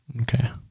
Okay